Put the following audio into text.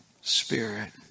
spirit